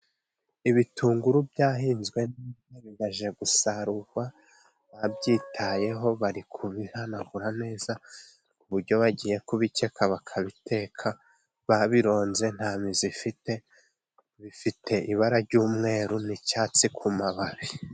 Ibitunguru byahinzwe ,bimaze gusarurwa, babyitayeho bari kubihanagura neza .Ku buryo bagiye kubikeka bakabiteka ,babironze nta mizi bifite, bifite ibara ry'umweru n'icyatsi ku mababi.